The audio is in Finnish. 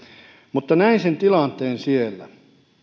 mutta näin sen tilanteen siellä